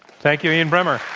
thank you, ian bremmer.